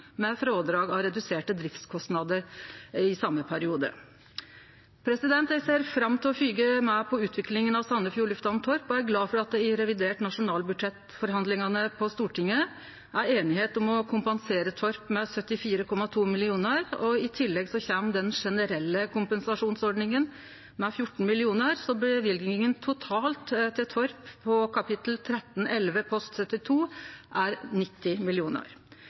med frådrag for reduserte driftskostnader i same periode. Eg ser fram til å følgje med på utviklinga av Sandefjord lufthamn Torp og er glad for at det i forhandlingane om revidert nasjonalbudsjett på Stortinget blei einigheit om å kompensere Torp med 74,2 mill. kr. I tillegg kjem den generelle kompensasjonsordninga, med 14 mill. kr, så løyvinga totalt til Torp, kap. 1311 post 72, er 90